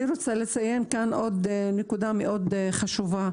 אני רוצה לציין עוד נקודה מאוד חשובה,